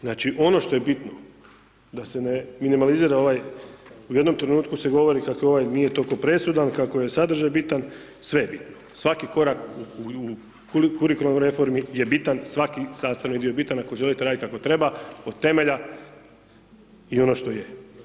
Znači ono što je bitno da se ne minimalizira ovaj, u jednom trenutku se govori kako ovaj nije toliko presudan, kako je sadržaj bitan, sve je bitno, svaki korak u kurikularnoj reformi je bitan, svaki sastavni dio je bitan ako želite raditi kako treba od temelja i ono što je.